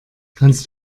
kannst